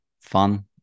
fun